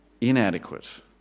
inadequate